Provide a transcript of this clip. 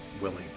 willing